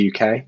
UK